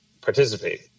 participate